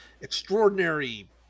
extraordinary